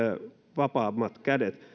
vapaammat kädet